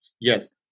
Yes